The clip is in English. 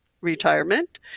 retirement